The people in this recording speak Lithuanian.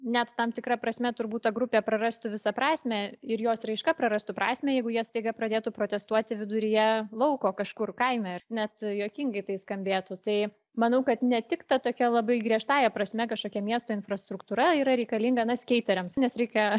net tam tikra prasme turbūt ta grupė prarastų visą prasmę ir jos raiška prarastų prasmę jeigu jie staiga pradėtų protestuoti viduryje lauko kažkur kaime ir net juokingai tai skambėtų tai manau kad ne tik ta tokia labai griežtąja prasme kažkokia miesto infrastruktūra yra reikalinga na skeiteriams nes reikia